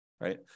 right